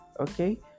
okay